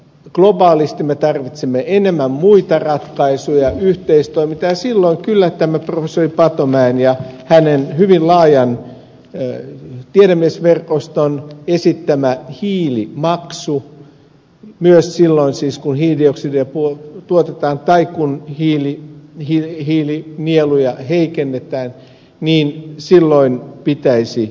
globaalisti me tarvitsemme enemmän muita ratkaisuja yhteistoimintaa ja silloin kyllä tämän professori patomäen ja hänen hyvin laajan tiedemiesverkostonsa esittämän hiilimaksun myös silloin siis kun hiilidioksidia tuotetaan tai kun hiili hiileen eli nieluja ei nimittäin niin silloin pitäisi